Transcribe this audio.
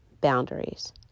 boundaries